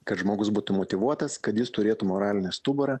kad žmogus būtų motyvuotas kad jis turėtų moralinį stuburą